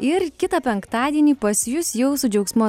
ir kitą penktadienį pas jus jau su džiaugsmu